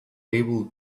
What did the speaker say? able